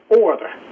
order